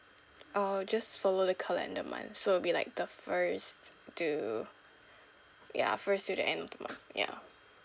I'll just follow the calendar month so it'll be like the first to ya first to the end of the months ya